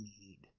need